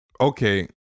okay